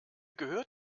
gehört